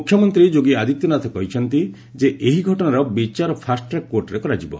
ମୁଖ୍ୟମନ୍ତ୍ରୀ ଯୋଗୀ ଆଦିତ୍ୟନାଥ କହିଛନ୍ତି ଯେ ଏହି ଘଟଣାର ବିଚାର ଫାଷ୍ଟ୍ରାକ୍ କୋର୍ଟରେ କରାଯିବ